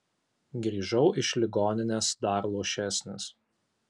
grįžau iš ligoninės dar luošesnis